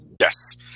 Yes